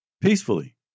peacefully